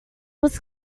was